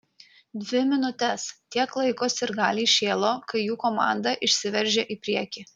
dvi minutes tiek laiko sirgaliai šėlo kai jų komanda išsiveržė į priekį